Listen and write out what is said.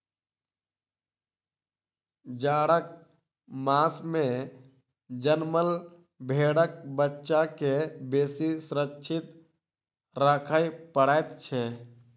जाड़क मास मे जनमल भेंड़क बच्चा के बेसी सुरक्षित राखय पड़ैत छै